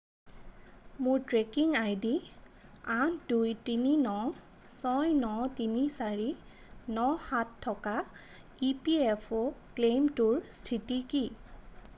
মোৰ tracking ID আঠ দুই তিনি ন ছয় ন তিনি চাৰি ন সাত থকা ইপিএফঅ' ক্লেইমটোৰ স্থিতি কি